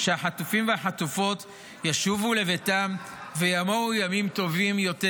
שהחטופים והחטופות ישובו לביתם ויבואו ימים טובים יותר,